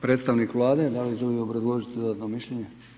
Predstavnik Vlade da li želi obrazložiti dodatno mišljenje?